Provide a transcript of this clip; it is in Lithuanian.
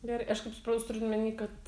gerai aš kaip supratau jūs turit omeny kad